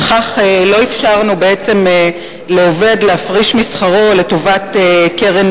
וכך לא אפשרנו בעצם לעובד להפריש משכרו לטובת קרן